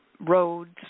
roads